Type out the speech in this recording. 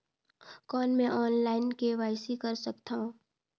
कौन मैं online KYC कर सकथव?